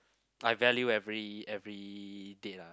I value every every date ah